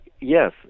yes